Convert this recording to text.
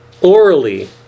orally